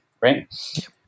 right